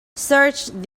searched